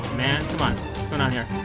man come on whats going on here